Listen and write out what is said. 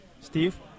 Steve